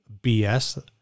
BS